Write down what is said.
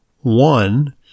one